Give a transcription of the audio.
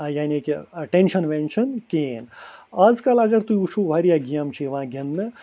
یعنی کہِ ٹینشَن وینشَن کِہیٖنۍ آز کل اَگر تُہۍ وٕچھُو واریاہ گیمہٕ چھِ یِوان گِنٛدنہٕ